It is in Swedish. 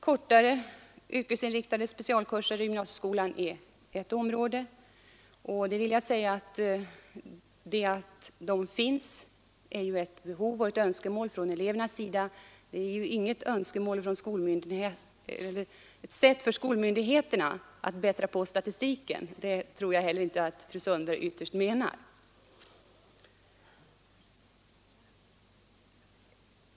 Kortare yrkesinriktade specialkurser i gymnasieskolan är ett område, och att dessa kurser finns beror på ett behov hos och ett önskemål från eleverna — det är inget sätt för skolmyndigheterna att bättra på statistiken. Det tror jag heller inte fru Sundberg ytterst menar.